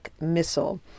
missile